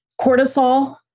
cortisol